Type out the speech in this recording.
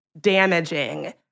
damaging